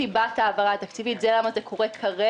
זו סיבת ההעברה התקציבית, זו הסיבה שזה קורה כרגע.